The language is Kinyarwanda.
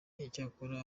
icyakora